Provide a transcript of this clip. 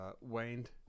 waned